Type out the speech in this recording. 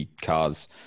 cars